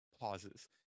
pauses